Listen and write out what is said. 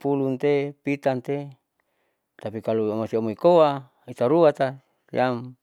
pulunte pitamte tapi kalo amoisiam amoikoa hitaruata siam.